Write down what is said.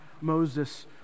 Moses